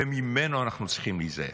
וממנו אנחנו צריכים להיזהר,